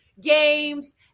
games